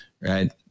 right